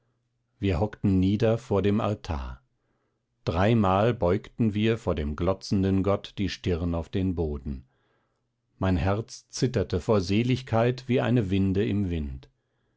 wir hockten nieder vor dem altar dreimal beugten wir vor dem glotzenden gott die stirn auf den boden mein herz zitterte vor seligkeit wie eine winde im wind